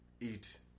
eat